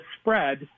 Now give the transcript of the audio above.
spread